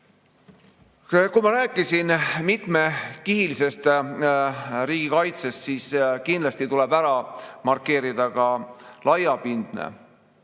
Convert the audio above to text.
Ma rääkisin mitmekihilisest riigikaitsest. Kindlasti tuleb ära markeerida ka laiapindne